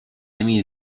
emmy